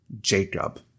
Jacob